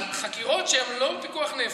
אבל חקירות שהן לא בפיקוח נפש,